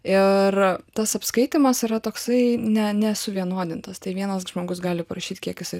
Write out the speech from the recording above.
ir tas apskaitymas yra toksai ne nesuvienodintos tai vienas žmogus gali parašyti kiek jisai